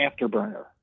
Afterburner